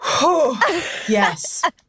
Yes